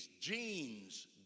genes